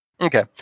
Okay